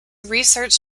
research